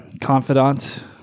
confidant